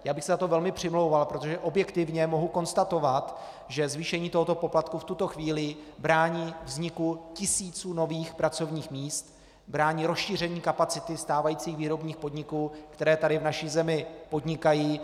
Já bych se za to velmi přimlouval, protože objektivně mohu konstatovat, že zvýšení tohoto poplatku v tuto chvíli brání vzniku tisíců nových pracovních míst, brání rozšíření kapacity stávajících výrobních podniků, které tady v naší zemi podnikají.